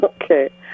okay